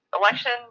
election